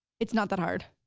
it's not that hard,